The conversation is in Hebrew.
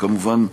וכמובן,